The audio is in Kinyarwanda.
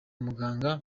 muganga